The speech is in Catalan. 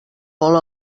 vol